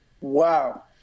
Wow